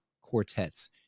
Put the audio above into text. quartets